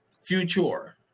Future